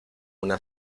una